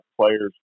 players